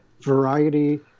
variety